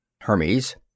Hermes